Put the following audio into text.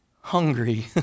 hungry